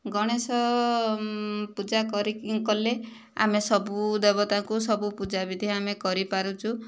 ଗଣେଶ ପୂଜା କଲେ ଆମେ ସବୁ ଦେବତାଙ୍କୁ ସବୁ ପୂଜାବିଧି ଆମେ କରିପାରୁଛୁ